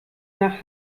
nach